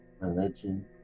Religion